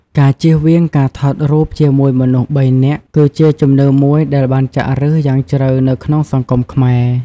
ការជៀសវាងការថតរូបជាមួយមនុស្សបីនាក់ គឺជាជំនឿមួយដែលបានចាក់ឫសយ៉ាងជ្រៅនៅក្នុងសង្គមខ្មែរ។